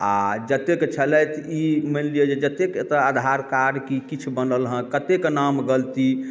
आ जतेक छलथि ई मानि लिअ जतेक एतऽ आधार कार्ड की किछु बनल हँ कत्तेक नाम गलती